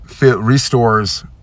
restores